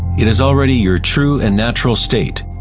it is already your true and natural state.